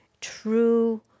true